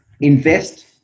invest